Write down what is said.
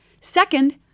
Second